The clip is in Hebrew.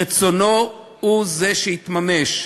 רצונו הוא שיתממש.